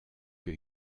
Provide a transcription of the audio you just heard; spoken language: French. que